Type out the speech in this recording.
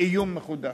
עיון מחודש.